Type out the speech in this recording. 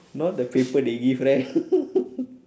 not the paper they give right